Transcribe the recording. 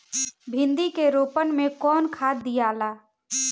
भिंदी के रोपन मे कौन खाद दियाला?